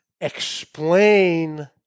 explain